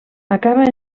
acaba